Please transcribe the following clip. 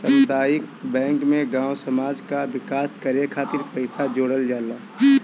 सामुदायिक बैंक में गांव समाज कअ विकास करे खातिर पईसा जोड़ल जाला